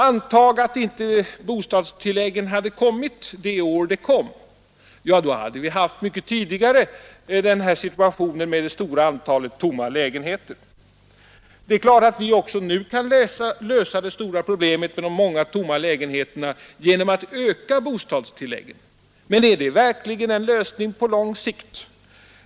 Antag att inte bostadstilläggen hade kommit det år de kom! Då hade vi mycket tidigare haft den här situationen med det stora antalet tomma lägenheter. Det är klart att vi Nr 110 också nu kan lösa det stora problemet med de många tomma lägenheter Tisdagen den na genom att öka bostadstilläggen, men är det verkligen en lösning på 7 november 1972 lång sikt?